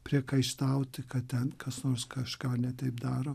priekaištauti kad ten kas nors kažką ne taip daro